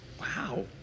Wow